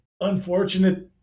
unfortunate